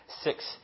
six